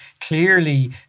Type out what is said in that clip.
clearly